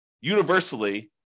universally